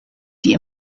die